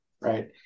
right